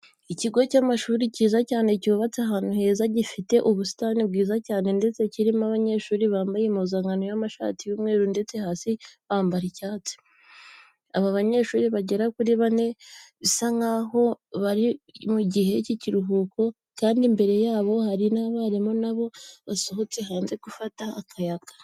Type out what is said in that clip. Ikigo cy'amashuri cyiza cyane cyubatse ahantu heza, gifite ubusitani bwiza cyane ndetse kirimo abanyeshuri bambaye impuzankano y'amashati y'umweru ndetse hasi bambara icyatsi. Aba banyeshuri bagera kuri bane bisa nkaho bari mu gihe cy'akaruhuko kandi imbere yabo hari n'abarimu na bo basohotse hanze gufata akayaga.